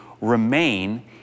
remain